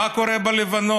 מה קורה בלבנון?